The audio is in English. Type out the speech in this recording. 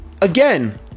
Again